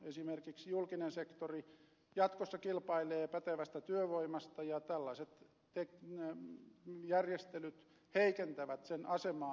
esimerkiksi julkinen sektori jatkossa kilpailee pätevästä työvoimasta ja tällaiset järjestelyt heikentävät sen asemaa